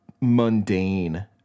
mundane